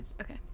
Okay